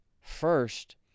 First